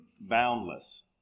boundless